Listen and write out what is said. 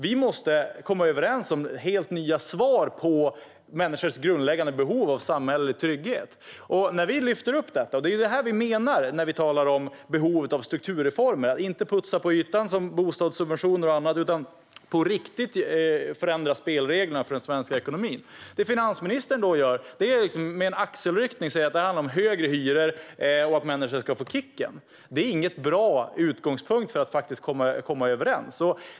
Vi måste komma överens om helt nya svar på människors grundläggande behov av samhällelig trygghet. Det är just det här vi menar när vi talar om behovet av strukturreformer. Man ska inte putsa på ytan, som bostadssubventioner och annat innebär, utan på riktigt ändra spelreglerna för den svenska ekonomin. Finansministern svarar med en axelryckning och säger att det handlar om högre hyror och att människor ska få kicken. Det är ingen bra utgångspunkt för att komma överens.